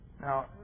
Now